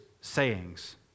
sayings